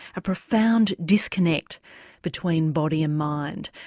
a profound disconnect between body and mind.